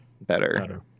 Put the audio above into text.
better